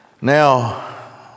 Now